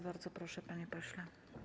Bardzo proszę, panie pośle.